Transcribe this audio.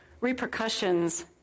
repercussions